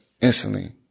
instantly